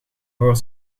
voor